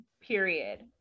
period